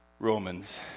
Romans